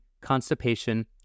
constipation